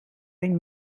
een